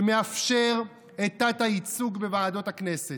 שמאפשר את התת-ייצוג בוועדות הכנסת,